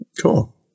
Cool